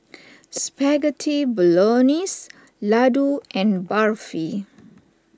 Spaghetti Bolognese Ladoo and Barfi